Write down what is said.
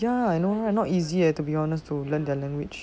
ya I know right not easy eh to be honest to learn their language